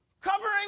covering